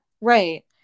Right